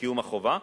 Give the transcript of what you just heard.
בקיום החובה.